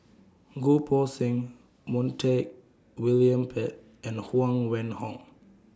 Goh Poh Seng Montague William Pett and Huang Wenhong